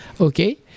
okay